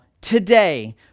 today